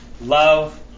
Love